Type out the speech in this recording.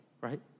right